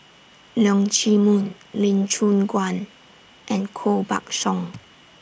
Leong Chee Mun Lee Choon Guan and Koh Buck Song